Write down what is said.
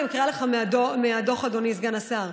אני מקריאה לך מהדוח, אדוני סגן השר: